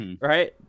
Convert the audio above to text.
right